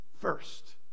first